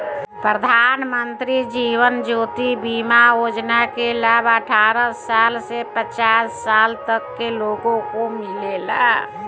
प्रधानमंत्री जीवन ज्योति बीमा योजना के लाभ अठारह साल से पचास साल तक के लोग के मिलेला